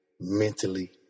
mentally